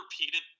repeated